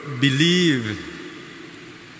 believe